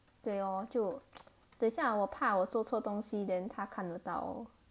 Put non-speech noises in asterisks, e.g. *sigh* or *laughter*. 对 lor 就 *noise* 等一下我怕我做错东西 then 他看得到